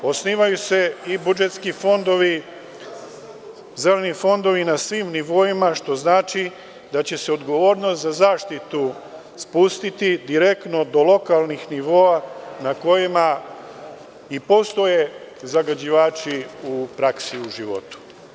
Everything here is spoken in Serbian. Takođe, osnivaju se i budžetski fondovi, zeleni fondovi na svim nivoima, što znači da će se odgovornost za zaštitu spustiti direktno do lokalnih nivoa na kojima i posluju zagađivači u praksi, u životu.